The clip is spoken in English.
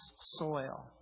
soil